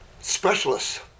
specialists